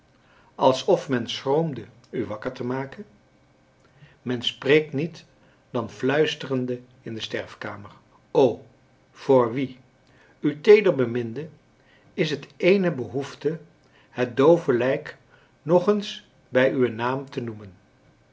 alsof men schroomde u wakker te maken men spreekt niet dan fluisterende in de sterfkamer o voor wie u teeder beminde is het eene behoefte het doove lijk nog eens bij uwen naam te noemen